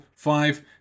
Five